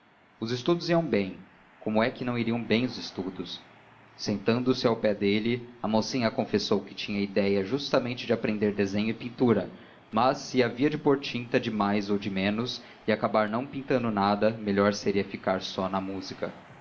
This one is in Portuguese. os estudos iam bem como é que não iriam bem os estudos e sentando-se ao pé dele a mocinha confessou que tinha ideia justamente de aprender desenho e pintura mas se havia de pôr tinta de mais ou de menos e acabar não pintando nada melhor seria ficar só na música